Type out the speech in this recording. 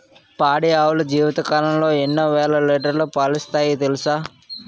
పాడి ఆవులు జీవితకాలంలో ఎన్నో వేల లీటర్లు పాలిస్తాయి తెలుసా